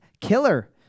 killer